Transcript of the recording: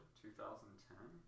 2010